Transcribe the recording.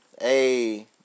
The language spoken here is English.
Hey